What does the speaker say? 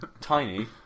Tiny